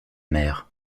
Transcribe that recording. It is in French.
mer